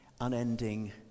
unending